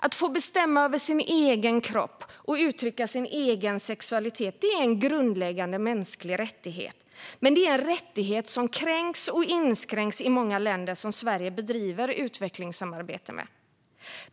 Att få bestämma över sin egen kropp och uttrycka sin egen sexualitet är en grundläggande mänsklig rättighet. Men det är en rättighet som kränks och inskränks i många länder som Sverige bedriver utvecklingssamarbete med.